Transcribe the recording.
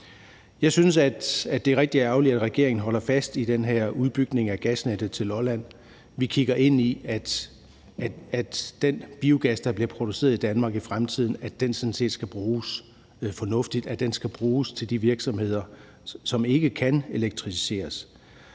Jeg synes, det er rigtig ærgerligt, at regeringen holder fast i den her udbygning af gasnettet på Lolland. Det handler om, at den biogas, der bliver produceret i Danmark i fremtiden, skal bruges fornuftigt, at den skal bruges af de virksomheder, som ikke kan elektrificeres.